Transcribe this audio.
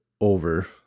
over